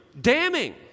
damning